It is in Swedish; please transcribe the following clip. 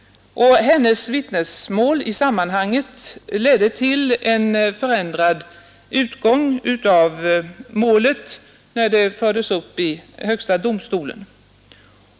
Hennes vittnesmål i sammanhanget ledde till en förändrad utgång av målet, när det fördes upp i högsta domstolen.